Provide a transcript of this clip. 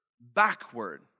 backward